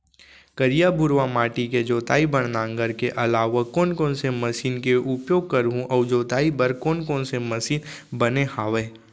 करिया, भुरवा माटी के जोताई बर नांगर के अलावा कोन कोन से मशीन के उपयोग करहुं अऊ जोताई बर कोन कोन से मशीन बने हावे?